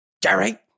Jerry